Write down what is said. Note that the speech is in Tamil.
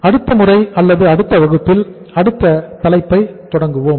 அடுத்த முறை அல்லது அடுத்த வகுப்பில் அடுத்த தலைப்பை தொடங்குவோம்